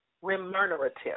Remunerative